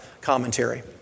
commentary